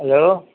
hello